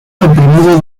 comprimido